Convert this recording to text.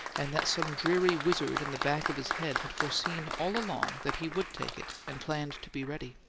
and that some dreary wizard in the back of his head had foreseen all along that he would take it, and planned to be ready.